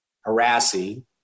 harassing